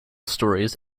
stories